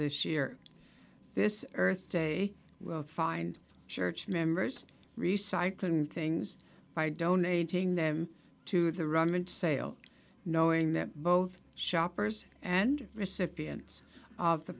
this year this earth day will find church members recycling things by donating them to the run mint sale knowing that both shoppers and recipients of the